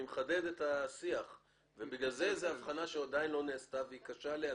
אני מחדד את השיח ובגלל זה זו הבחנה שעדיין לא נעשתה והיא קשה להיעשות,